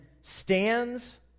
stands